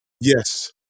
Yes